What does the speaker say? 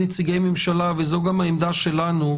זרים.